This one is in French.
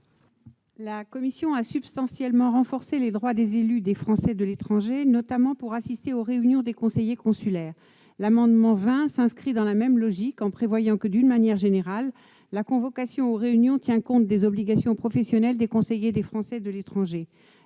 La commission des lois a substantiellement renforcé les droits des élus des Français de l'étranger, notamment lorsque ceux-ci doivent assister aux réunions des conseillers consulaires. Les dispositions de l'amendement n° 20 s'inscrivent dans la même logique, en prévoyant que, d'une manière générale, la convocation aux réunions tient compte des obligations professionnelles des conseillers des Français de l'étranger.